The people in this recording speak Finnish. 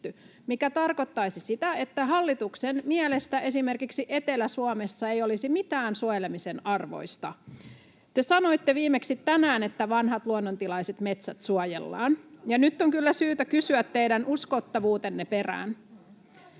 mikä tarkoittaisi sitä, että hallituksen mielestä esimerkiksi Etelä-Suomessa ei olisi mitään suojelemisen arvoista. Te sanoitte viimeksi tänään, että vanhat luonnontilaiset metsät suojellaan. [Jani Mäkelän välihuuto] Nyt on kyllä syytä kysyä teidän uskottavuutenne perään.